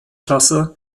klasse